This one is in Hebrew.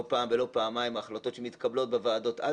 לא פעם ולא פעמיים ההחלטות שמתקבלות בוועדות על